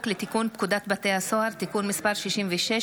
לתיקון פקודת בתי הסוהר (תיקון מס' 66,